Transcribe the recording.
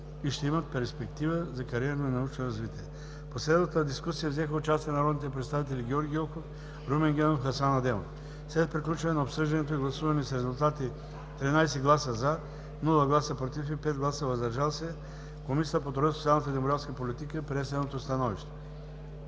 и ще имат перспектива за кариерно и научно развитие. В последвалата дискусия взеха участие народните представители Хасан Адемов, Георги Гьоков и Румен Генов. След приключване на обсъждането и гласуване с резултати: 13 гласа „за“, без гласове „против“ и 5 гласа „въздържал се“, Комисията по труда, социалната и демографската политика прие следното становище: